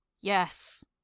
yes